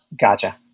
Gotcha